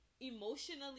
Emotionally